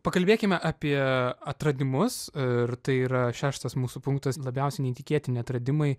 pakalbėkime apie atradimus ir tai yra šeštas mūsų punktas labiausiai neįtikėtini atradimai